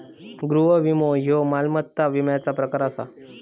गृह विमो ह्यो मालमत्ता विम्याचा प्रकार आसा